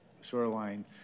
Shoreline